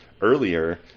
earlier